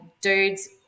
dudes